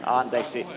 anteeksi